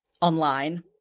online